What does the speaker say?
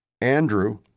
Andrew